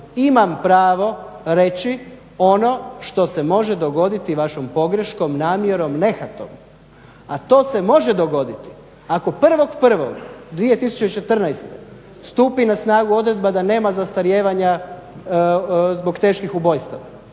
imam pravo reći ono što se može dogoditi vašom pogreškom, namjerom, nehatom. A to se može dogoditi ako 1.1.2014.stupi na snagu odredba da nema zastarijevanja zbog teških ubojstava